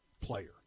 player